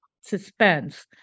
suspense